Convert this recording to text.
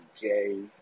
gay